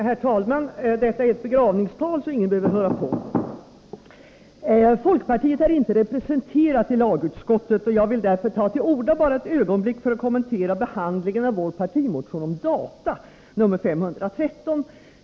Herr talman! Detta är ett begravningstal, så ingen behöver höra på! Folkpartiet är inte representerat i lagutskottet, och jag vill därför ta till orda bara ett ögonblick för att kommentera behandlingen av vår partimotion om data, nr 513.